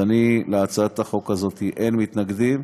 להצעת החוק הזאת אין מתנגדים,